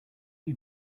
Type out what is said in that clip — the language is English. you